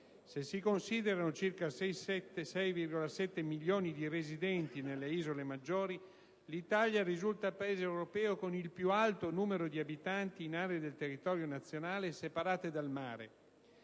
Se si considerano circa 6,7 milioni di residenti nelle isole maggiori, l'Italia risulta il Paese europeo con il più alto numero di abitanti in aree del territorio nazionale separate dal mare: